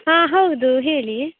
ಹಾಂ ಹೌದು ಹೇಳಿ